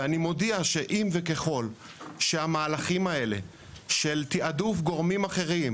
ואני מודיע שאם וככל שהמהלכים האלה של תעדוף גורמים אחרים,